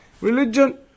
religion